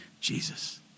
Jesus